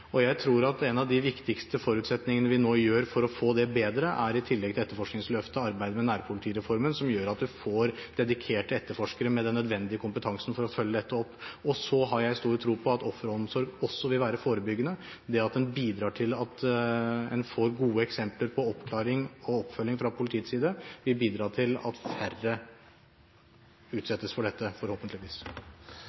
og jeg tror noe av det viktigste vi nå gjør for å bedre dette, er – i tillegg til etterforskningsløftet – arbeidet med nærpolitireformen, som gjør at en får dedikerte etterforskere med nødvendig kompetanse for å følge opp dette. Og så har jeg stor tro på at offeromsorg også vil være forebyggende. Det at en bidrar til at en får gode eksempler på oppklaring og oppfølging fra politiets side, vil forhåpentligvis bidra til at færre